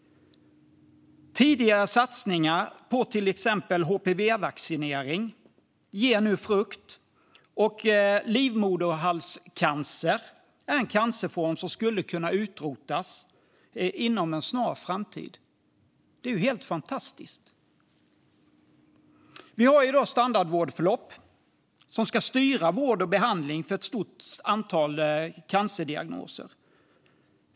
Tidigare satsningar på till exempel HPV-vaccinering ger nu frukt, och livmoderhalscancer är en cancerform som skulle kunna utrotas inom en snar framtid, vilket är helt fantastiskt. Vi har i dag standardvårdförlopp som ska styra vård och behandling för ett stort antal cancerdiagnoser.